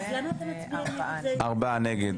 ארבעה נגד.